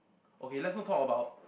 okay let's not talk about